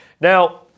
Now